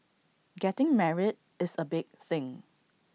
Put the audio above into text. getting married is A big thing